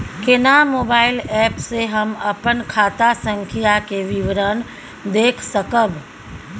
केना mobile app से हम अपन खाता संख्या के विवरण देख सकब?